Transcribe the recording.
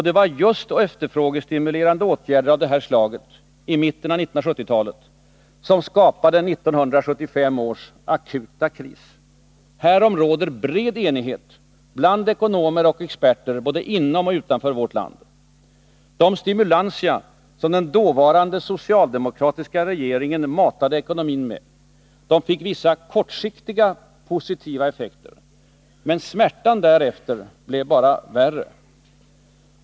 Det var just efterfrågestimulerande åtgärder av det slaget i mitten av 1970-talet som skapade 1975 års akuta kris. Härom råder bred enighet bland ekonomer och experter både inom och utom vårt land. De stimulantia den dåvarande socialdemokratiska regeringen matade ekonomin med fick vissa kortsiktiga positiva effekter, men smärtan därefter blev bara värre.